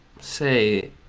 say